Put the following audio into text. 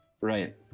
Right